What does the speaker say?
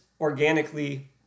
organically